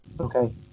Okay